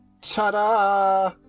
ta-da